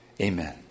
amen